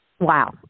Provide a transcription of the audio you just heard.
Wow